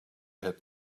had